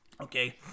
Okay